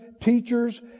teachers